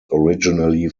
originally